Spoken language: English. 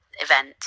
event